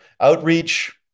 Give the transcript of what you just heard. outreach